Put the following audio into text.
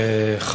תודה רבה,